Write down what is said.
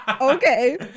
okay